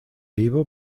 vivo